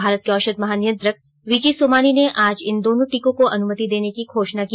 भारत के औषध महानियंत्रक वी जी सोमानी ने आज इन दोनों टीकों को अनुमति देने की घोषणा की